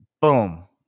boom